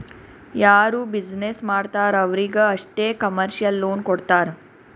ಯಾರು ಬಿಸಿನ್ನೆಸ್ ಮಾಡ್ತಾರ್ ಅವ್ರಿಗ ಅಷ್ಟೇ ಕಮರ್ಶಿಯಲ್ ಲೋನ್ ಕೊಡ್ತಾರ್